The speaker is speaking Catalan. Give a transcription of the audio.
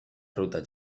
ruta